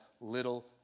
little